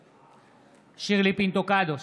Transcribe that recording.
בהצבעה שירלי פינטו קדוש,